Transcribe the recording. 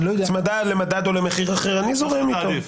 אני לא יודע --- "הצמדה למדד או למחיר אחר" אני זורם איתו.